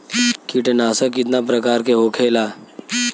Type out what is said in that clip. कीटनाशक कितना प्रकार के होखेला?